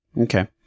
okay